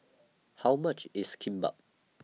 How much IS Kimbap